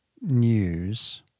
news